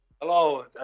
Hello